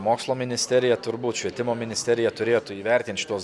mokslo ministerija turbūt švietimo ministerija turėtų įvertint šituos